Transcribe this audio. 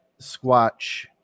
Squatch